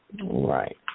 Right